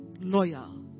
loyal